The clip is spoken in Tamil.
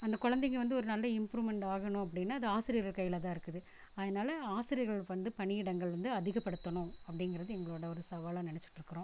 அந்த குழந்தைங்க வந்து ஒரு நல்ல இம்ப்ரூவ்மெண்ட் ஆகணும் அப்படின்னா அது ஆசிரியர்கள் கையில் தான் இருக்குது அதனால ஆசிரியர்கள் வந்து பணியிடங்கள் வந்து அதிகப்படுத்தணும் அப்படிங்கிறது எங்களோட ஒரு சவாலாக நினச்சிட்ருக்குறோம்